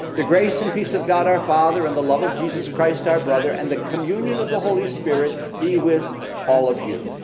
the grace and peace of god our father and the love of jesus christ our brother and the communion of the holy spirit be with all of you.